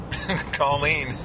Colleen